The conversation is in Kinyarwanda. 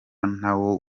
nawo